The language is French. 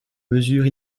mesure